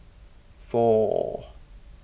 four